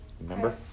Remember